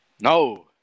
No